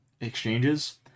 exchanges